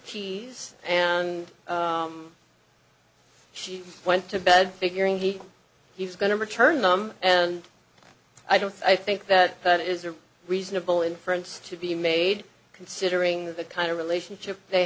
keys and she went to bed figuring he he's going to return them and i don't i think that that is a reasonable inference to be made considering the kind of relationship they